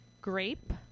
grape